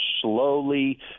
slowly